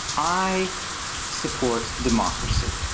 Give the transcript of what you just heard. i support democracy.